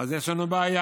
אז יש לנו בעיה.